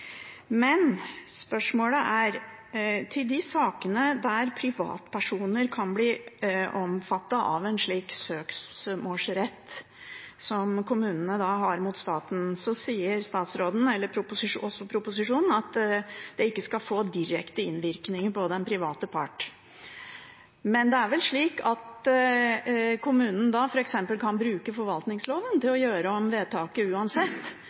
Men spørsmålet går ut på: Om de sakene der privatpersoner kan bli omfattet av en slik søksmålsrett som kommunene har overfor staten, sier statsråden og også proposisjonen at det ikke vil få «direkte virkning for den private parten». Men det er vel slik at kommunen f.eks. kan bruke forvaltningsloven til å gjøre om vedtaket uansett,